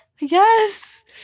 yes